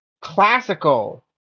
classical